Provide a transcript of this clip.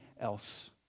else